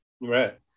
Right